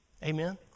Amen